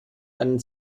einen